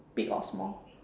big or small